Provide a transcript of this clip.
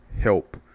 help